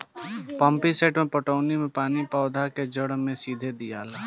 pump set से पटौनी मे पानी पौधा के जड़ मे सीधे दियाला